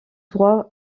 droit